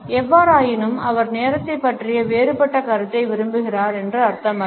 எவ்வாறாயினும் அவர் நேரத்தைப் பற்றிய வேறுபட்ட கருத்தை விரும்புகிறார் என்று அர்த்தமல்ல